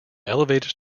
elevated